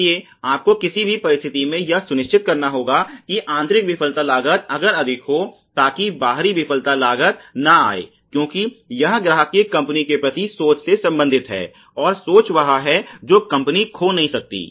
इसलिए आपको किसी भी परिस्थिति में यह सुनिश्चित करना है कि आंतरिक विफलता लागत अगर अधिक हो ताकि बाहरी विफलता लागत ना आए क्यूंकी यह ग्राहक की कंपनी के प्रति सोच से संबन्धित है और सोच वह है जो कंपनी खो नहीं सकती